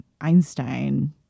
Einstein